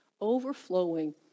overflowing